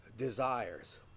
Desires